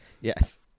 Yes